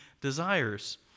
desires